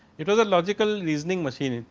it was a logical listening machine,